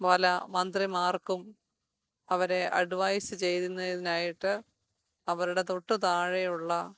പല മന്ത്രിമാർക്കും അവരെ അഡ്വൈസ് ചെയ്യുന്നതിനായിട്ട് അവരുടെ തൊട്ടുതാഴെയുള്ള